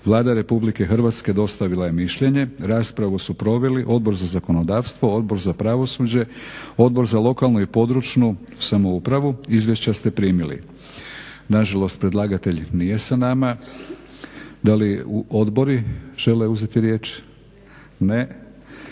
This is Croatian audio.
Vlada RH dostavila je mišljenje. raspravu su proveli Odbor za zakonodavstvo, Odbor za pravosuđe, Odbor za lokalnu i područnu samoupravu. Izvješća ste primili. Nažalost predlagatelj nije sa nama. Da li odbori žele uzeti riječ? Ne.